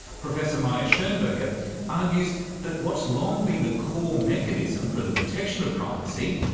professor mayer-schonberger argues that what's long been the core mechanism for the protection of privacy,